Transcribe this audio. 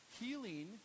healing